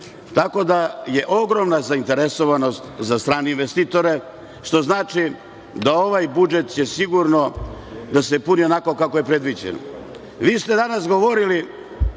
Tako da, ogromna je zainteresovanost za strane investitore, što znači da će ovaj budžet sigurno da se puni onako kako je predviđeno. Vi